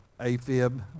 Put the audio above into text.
AFib